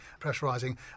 pressurising